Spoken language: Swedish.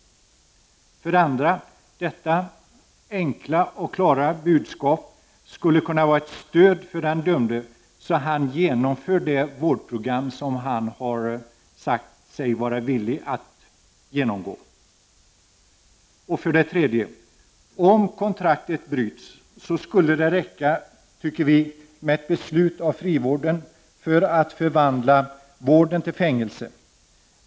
För det andra: Detta enkla och klara budskap skulle kunna vara ett stöd för den dömde, så att han genomför det vårdprogram han sagt sig vara villig att genomgå. För det tredje: Om kontraktet bryts anser vi att det skulle räcka med ett beslut av frivården för att förvandla vården till fängelse.